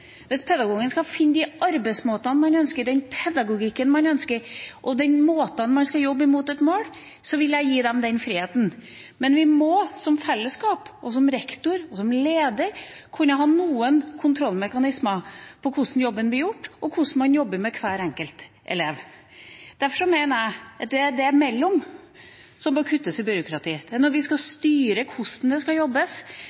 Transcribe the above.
hvis pedagogen skal finne de arbeidsmåtene man ønsker, den pedagogikken man ønsker, og den måten man skal jobbe mot et mål på, så vil jeg gi dem den friheten. Men vi må som fellesskap – som rektor, og som leder – kunne ha noen kontrollmekanismer for hvordan jobben blir gjort, og for hvordan man jobber med hver enkelt elev. Derfor mener jeg at det er det imellom som må kuttes i byråkratiet – når vi skal styre hvordan det skal jobbes,